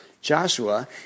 Joshua